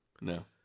No